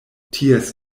ties